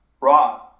Raw